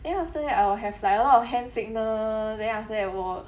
then after that I'll have like a lot of hand signal then after that 我